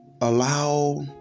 allow